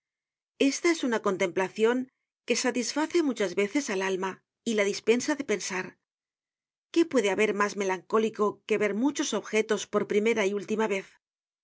esta es una contemplacion que satisface muchas veces al alma y la dispensa de pensar qué puede haber mas melancólico que ver muchos objetos por primera y última vez